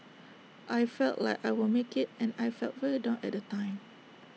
I felt like I won't make IT and I felt very down at the time